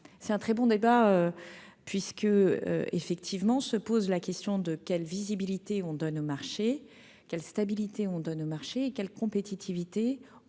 c'est un très bon débat puisque, effectivement, se pose la question de quelle visibilité on donne au marché quelle stabilité on donne au marché qu'elle compétitivité